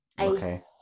okay